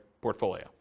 portfolio